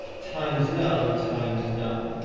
times num times num.